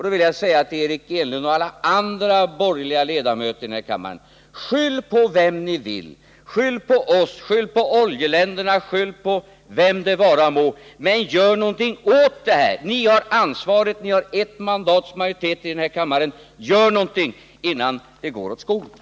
Då vill jag säga till Eric Enlund och alla andra borgerliga ledamöter i denna kammare: Skyll på vem ni vill, skyll på oss och skyll på oljeländerna — men gör något åt situationen! Ni har ansvaret med ert enda mandats övervikt här i kammaren. Gör något innan det går åt skogen!